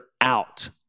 out